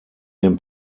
dem